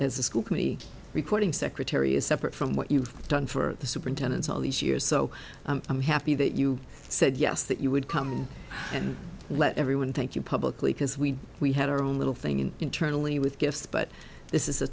a school committee recording secretary is separate from what you've done for the superintendents all these years so i'm happy that you said yes that you would come and let everyone thank you publicly because we we had our own little thing in internally with gifts but this is a